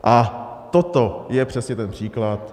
A toto je přesně ten příklad.